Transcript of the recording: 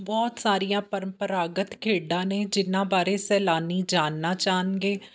ਬਹੁਤ ਸਾਰੀਆਂ ਪ੍ਰੰਪਰਾਗਤ ਖੇਡਾਂ ਨੇ ਜਿਨ੍ਹਾਂ ਬਾਰੇ ਸੈਲਾਨੀ ਜਾਣਨਾ ਚਾਹੁੰਣਗੇ